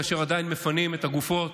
כאשר עדיין מפנים את הגופות,